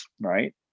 right